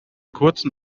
kurzen